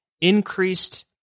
increased